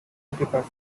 department